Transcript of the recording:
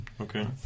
Okay